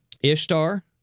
Ishtar